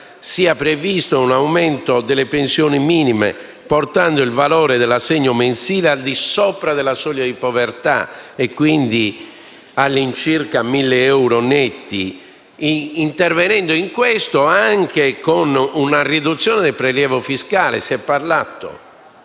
previsto un aumento delle pensioni minime, portando il valore dell'assegno mensile al di sopra della soglia di povertà, quindi all'incirca a 1.000 euro netti, intervenendo in questo anche con una riduzione del prelievo fiscale (si è parlato,